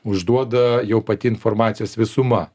užduoda jau pati informacijos visuma